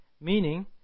meaning